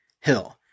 Hill